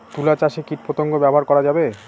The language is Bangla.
তুলা চাষে কীটপতঙ্গ ব্যবহার করা যাবে?